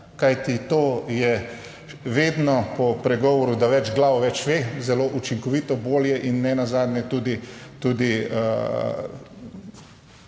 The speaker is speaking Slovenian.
kajti to je vedno po pregovoru, da več glav več ve, zelo učinkovito, bolje in nenazadnje tudi,